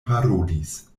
parolis